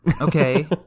Okay